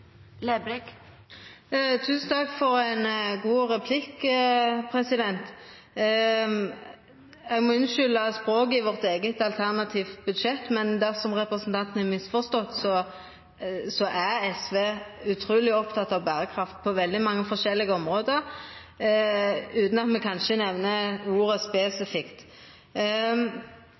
god replikk. Eg må unnskylda språket i vårt eige alternative budsjett, men dersom representanten har misforstått, er SV utruleg oppteken av berekraft på veldig mange forskjellige område, utan at me kanskje nemner ordet spesifikt.